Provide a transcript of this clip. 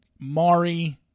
Mari